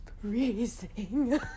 freezing